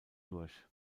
durch